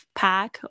pack